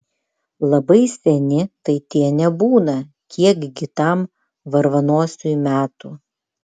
labai seni tai tie nebūna kiekgi tam varvanosiui metų